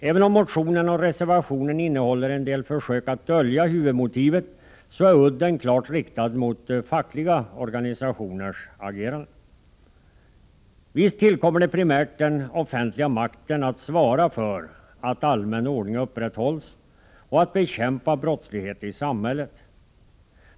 Även om motionen och reservationen innehåller en del försök att dölja huvudmotivet, så är udden klart riktad mot de fackliga organisationernas agerande. Visst tillkommer det primärt den offentliga makten att svara för att allmän ordning upprätthålls och att brottslighet i samhället bekämpas.